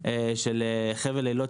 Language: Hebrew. כשלחבל אילות,